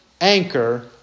anchor